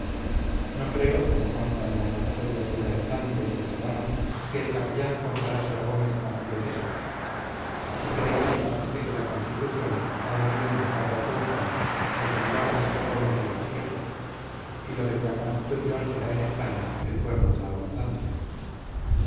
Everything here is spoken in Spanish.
no creo como consta en las rapsodias ibraizantes de serrano que el capellán comparase a gómez con julio césar sí creo la imagen de que la constitución ha venido en un carro triunfal de que tiraban gómez y garcía y lo de que la constitución será en españa el cuerno de la abundancia